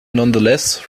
nonetheless